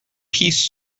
piece